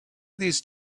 these